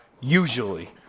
usually